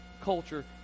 culture